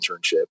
internship